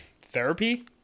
therapy